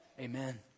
Amen